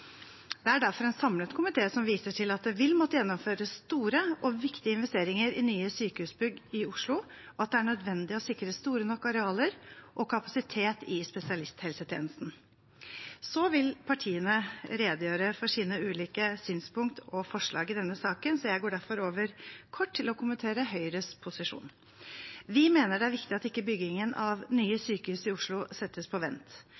Det er derfor en samlet komité som viser til at det vil måtte gjennomføres store og viktige investeringer i nye sykehusbygg i Oslo, og at det er nødvendig å sikre store nok arealer og kapasitet i spesialisthelsetjenesten. Partiene vil redegjøre for sine ulike synspunkter og forslag i denne saken, så jeg går derfor over til kort å kommentere Høyres posisjon. Vi mener det er viktig at ikke byggingen av nye sykehus i Oslo settes på vent.